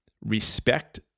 Respect